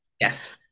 Yes